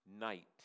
night